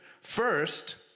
First